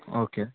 okay